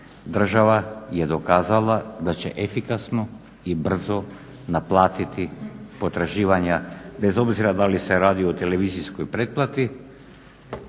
država je dokazala da će efikasno i brzo naplatiti potraživanja, bez obzira da li se radi o televizijskoj pretplati,